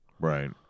Right